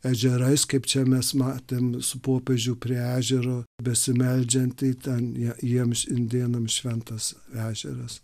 ežerais kaip čia mes matėm su popiežių prie ežero besimeldžiantį ten jiems indėnams šventas ežeras